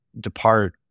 depart